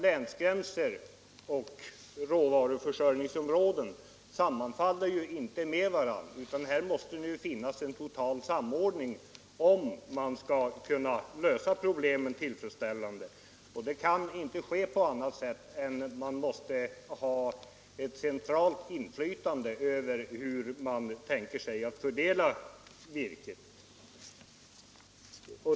Länsgränser och råvaruförsörjningsområden sammanfaller nämligen inte. Här måste i stället åstadkommas en total samordning, om man skall kunna lösa problemen tillfredsställande. Det kan inte ske på annat sätt än genom ett centralt inflytande över hur virket fördelas.